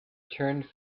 turned